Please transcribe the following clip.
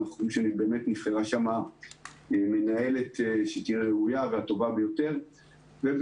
אנחנו חושבים שנבחרה שם מנהלת שתהיה הראויה והטובה ביותר ובית